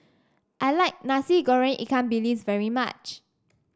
I like Nasi Goreng Ikan Bilis very much